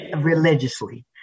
religiously